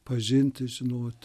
pažinti žinoti